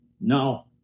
no